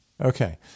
Okay